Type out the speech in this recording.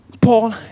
Paul